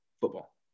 football